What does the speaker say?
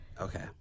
Okay